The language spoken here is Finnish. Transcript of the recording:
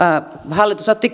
hallitus otti